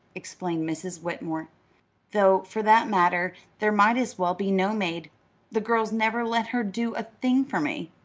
explained mrs. whitmore though, for that matter, there might as well be no maid the girls never let her do thing for me.